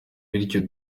bityo